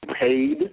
paid